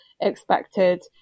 expected